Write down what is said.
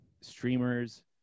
streamers